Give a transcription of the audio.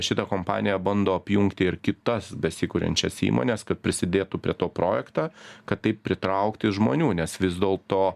šita kompanija bando apjungti ir kitas besikuriančias įmones kad prisidėtų prie to projektą kad taip pritraukti žmonių nes vis dėl to